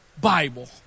Bible